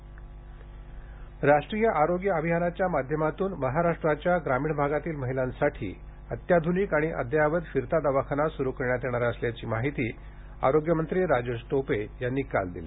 टोपे राष्ट्रीय आरोग्य अभियानाच्या माध्यमातून महाराष्ट्राच्या ग्रामीण आगातील महिलांसाठी अत्याध्निक आणि अद्ययावत फिरता दवाखाना सुरू करण्यात येणार असल्याची माहिती राज्याचे आरोग्यमंत्री राजेश टोपे यांनी काल दिली